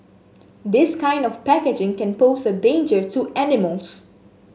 this kind of packaging can pose a danger to animals